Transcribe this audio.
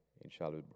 inshallah